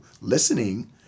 listening